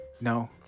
No